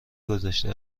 گذشته